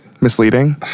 Misleading